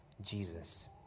Jesus